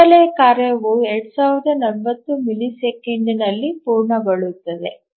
ಹಿನ್ನೆಲೆ ಕಾರ್ಯವು 2040 ಮಿಲಿಸೆಕೆಂಡಿನಲ್ಲಿ ಪೂರ್ಣಗೊಳ್ಳುತ್ತದೆ